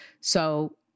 So-